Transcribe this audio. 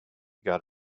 got